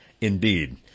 Indeed